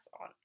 on